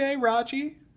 Raji